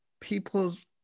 people's